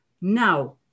now